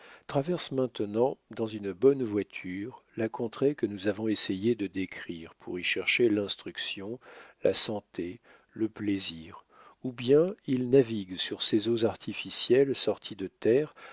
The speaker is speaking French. traversent maintenant dans une bonne voiture la contrée que nous avons essayé de décrire pour y chercher l'instruction la santé le plaisir ou bien il navigue sur ces eaux artificielles sortis de terre